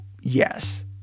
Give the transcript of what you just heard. yes